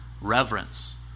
reverence